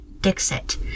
Dixit